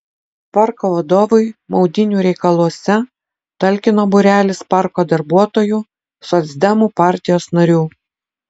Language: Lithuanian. parko vadovui maudynių reikaluose talkino būrelis parko darbuotojų socdemų partijos narių